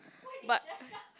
but